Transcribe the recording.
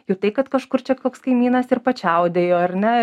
jautei kad kažkur čia koks kaimynas ir pačiaudėjo ar ne